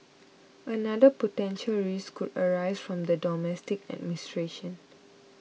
another potential risk could arise from the domestic administration